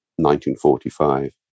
1945